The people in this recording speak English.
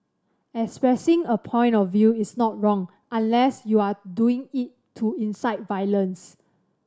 expressing a point of view is not wrong unless you're doing it to incite violence